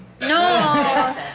No